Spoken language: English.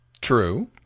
True